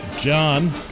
John